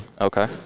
Okay